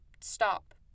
stop